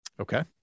okay